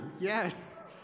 yes